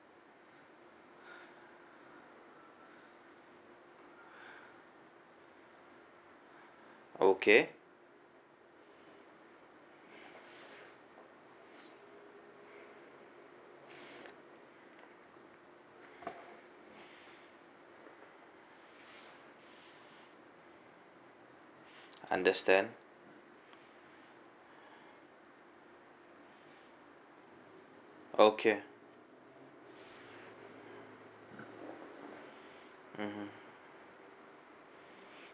okay understand okay mm hmm